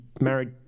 married